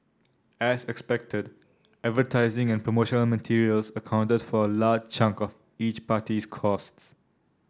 as expected advertising and promotional materials accounted for a large chunk of each party's costs